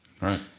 right